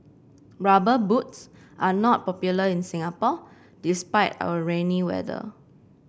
rubber boots are not popular in Singapore despite our rainy weather